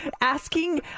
asking